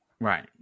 right